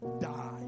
die